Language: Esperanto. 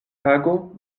tago